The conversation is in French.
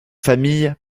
famille